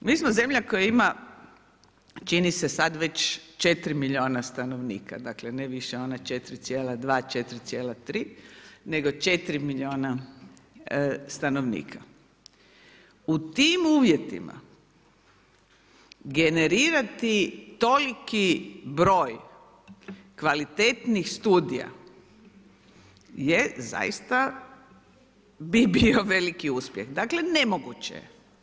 Mi smo zemlja koja ima čini se sad već 4 milijuna stanovnika, dakle ne više ona 4,2, 2,4 nego 4 milijuna stanovnika, u tim uvjetima generirati toliki broj kvalitetnih studija je zaista bi bio veliki uspjeh, dakle nemoguće.